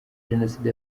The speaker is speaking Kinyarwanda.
jenoside